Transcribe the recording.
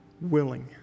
willing